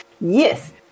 Yes